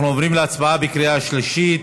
אנחנו עוברים להצבעה בקריאה שלישית.